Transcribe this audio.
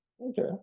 Okay